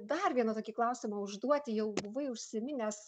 dar vieną tokį klausimą užduoti jau buvai užsiminęs